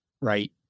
right